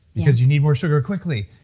because you need more sugar quickly,